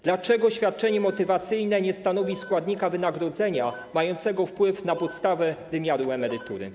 Dlaczego świadczenie motywacyjne nie stanowi składnika wynagrodzenia mającego wpływ na podstawę wymiaru emerytury?